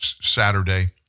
Saturday